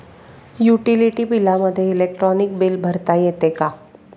Utility बिलामध्ये electronic bill भरता येते का?